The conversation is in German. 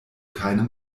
keinem